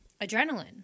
adrenaline